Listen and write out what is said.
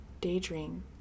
daydream